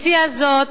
הציע זאת